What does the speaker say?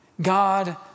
God